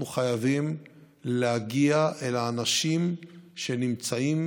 אנחנו חייבים להגיע אל האנשים שנמצאים